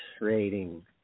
rating